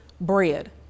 Bread